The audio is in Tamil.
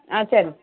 ஆ சரி